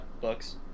books